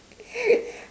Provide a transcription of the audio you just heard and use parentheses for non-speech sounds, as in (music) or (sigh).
(laughs)